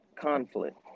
conflict